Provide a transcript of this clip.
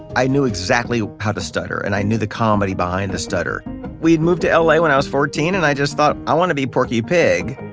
i knew exactly how to stutter, and i knew the comedy behind the stutter we'd moved to la when i was fourteen, and i just thought, i want to be porky pig.